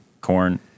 Corn